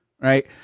right